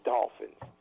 Dolphins